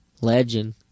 Legend